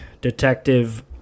Detective